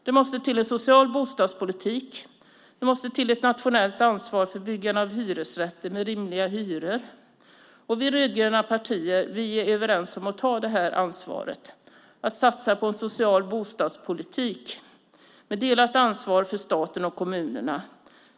Det måste till en social bostadspolitik, och det måste till ett nationellt ansvar för byggande av hyresrätter med rimliga hyror. Vi rödgröna partier är överens om att ta detta ansvar och satsa på en social bostadspolitik med delat ansvar för staten och kommunerna.